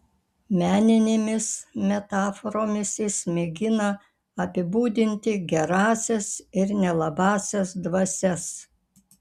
meninėmis metaforomis jis mėgina apibūdinti gerąsias ir nelabąsias dvasias